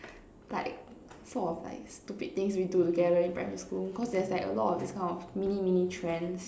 like sort of like stupid things we do together in primary school cause there's like a lot of this kind of mini mini trends